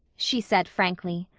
she said frankly.